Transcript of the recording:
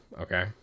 okay